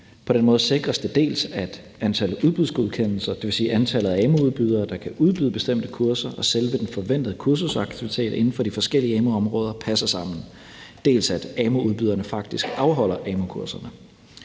af udbudsgodkendelser, dvs. antallet af amu-udbydere, der kan udbyde bestemte kurser, og selve den forventede kursusaktivitet inden for de forskellige amu-områder passer sammen, dels at amu-udbyderne faktisk afholder amu-kurserne.